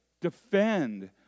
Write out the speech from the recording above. defend